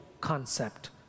concept